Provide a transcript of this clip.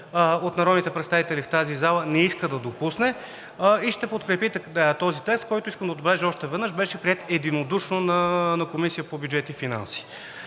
от народните представители в тази зала не иска да допусне и ще подкрепите този текст, който, искам да отбележа още веднъж, беше приет единодушно на Комисията по бюджет и финанси.